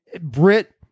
brit